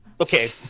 okay